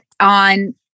on